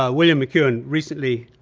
ah william mcewan, recently,